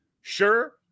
Sure